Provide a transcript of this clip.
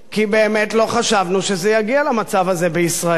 כי באמת לא חשבנו שזה יגיע למצב הזה בישראל.